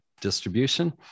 distribution